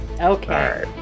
Okay